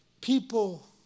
people